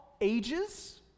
ages